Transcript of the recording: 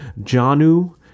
Janu